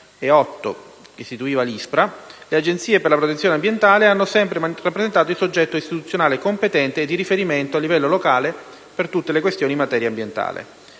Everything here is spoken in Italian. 2008 (istituzione dell'ISPRA), le Agenzie per la protezione ambientale hanno sempre rappresentato il soggetto istituzionale competente e di riferimento a livello locale per tutte le questioni in materia ambientale.